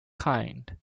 kind